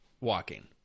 walking